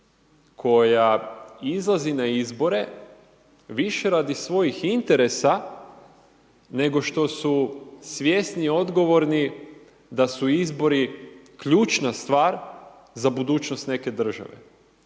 koja izlazi na izbore više radi svojih interesa, nego što su svjesni i odgovorni da su izbori ključna stvar za budućnost neke države.